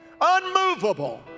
unmovable